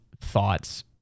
thoughts